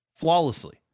Flawlessly